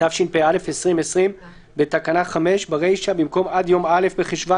התש״ף- 2020(להלן, החוק)